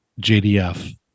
JDF